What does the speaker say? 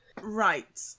Right